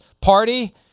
party